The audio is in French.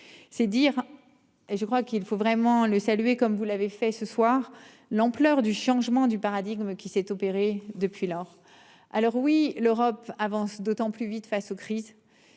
C'est dire. Et je crois qu'il faut vraiment le saluer comme vous l'avez fait ce soir l'ampleur du changement du paradigme qui s'est opéré depuis lors. Alors oui, l'Europe avance d'autant plus vite face aux crises.